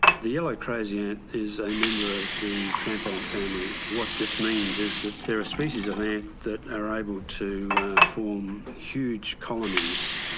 the yellow crazy ant is a member of the tramp ant family. what this means is that they're a species of ant that are able to form huge colonies.